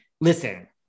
listen